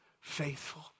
faithful